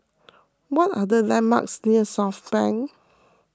what are the landmarks near Southbank